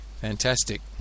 fantastic